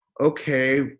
okay